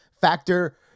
Factor